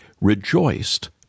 rejoiced